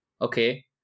okay